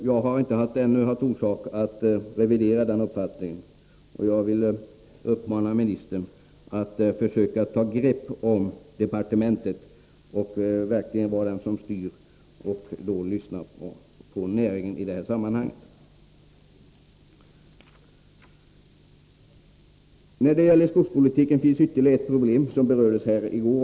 Jag har ännu inte haft orsak att Torsdagen den revidera denna uppfattning, och jag vill uppmana ministern att försöka ta ett 20 oktober 1983 grepp om departementet och verkligen vara den som styr och då lyssna på näringen i detta sammanhang. När det gäller skogspolitiken finns det ytterligare ett problem, som också berördes här i går.